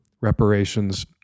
reparations